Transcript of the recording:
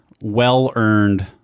well-earned